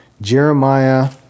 Jeremiah